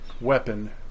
weapon